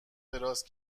دراز